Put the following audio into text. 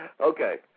Okay